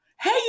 Hey